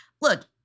look